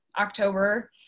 October